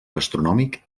gastronòmic